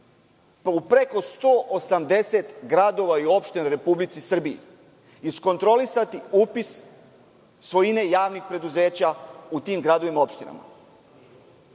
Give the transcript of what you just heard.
u preko 180 gradova i opština u Republici Srbiji iskontrolisati upis svojine javnih preduzeća u tim gradovima i opštinama? Zašto